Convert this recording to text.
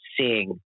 seeing